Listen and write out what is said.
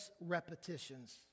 repetitions